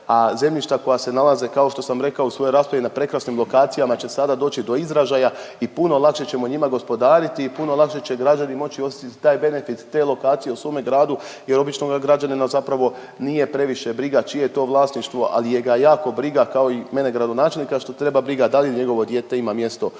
a zemljišta koja se nalaze, kao što sam rekao u svojoj raspravi, na prekrasnim lokacijama će sada doći do izražaja i puno lakše ćemo njima gospodariti i puno lakše će građani moći osjetiti taj benefit te lokacije u svome gradu jer obično ga građanina zapravo nije previše briga čije je to vlasništvo, ali je ga jako briga, kao i mene gradonačelnika, što treba briga, da li njegovo dijete ima mjesto u